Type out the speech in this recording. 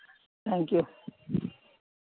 thank you